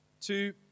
Two